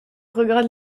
regardent